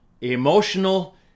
emotional